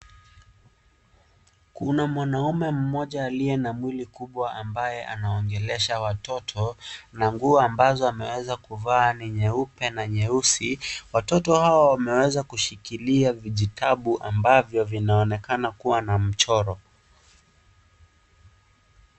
Kuna mwanaume mmoja aliye na mwili kubwa ambaye anawaongelesha watoto, na nguo ambazo ameweza kuvaa ni nyeupe na nyeusi, watoto hawa wameweza kushikilia vijitabu ambavyo vinaonekana kuwa na mchoro.